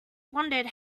wondered